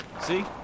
See